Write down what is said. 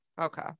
okay